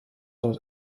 dort